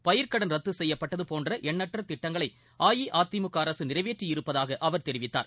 பயிர்க்கடன் ரத்து செய்யப்பட்டது போன்ற எண்ணற்ற திட்டங்களை அஇஅதிமுக அரசு நிறைவேற்றி இருப்பதாக அவர் தெரிவித்தார்